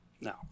No